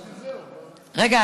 רגע,